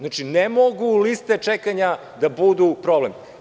Ne mogu liste čekanja da budu problem.